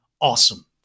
Awesome